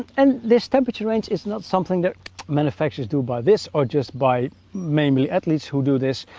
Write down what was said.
and this temperature range is not something that manufacturers do by this, or just by mainly, at least, who do this.